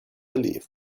believe